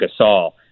Gasol